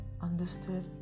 Understood